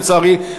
לצערי,